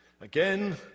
Again